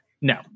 No